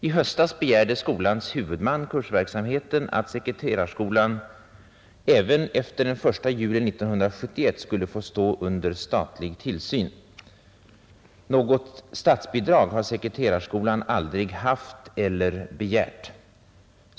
I höstas begärde skolans huvudman, Kursverksamheten, att sekreterarskolan även efter den 1 juli 1971 skulle få stå under statlig tillsyn. Något statligt bidrag har sekreterarskolan aldrig fått eller begärt.